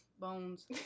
Bones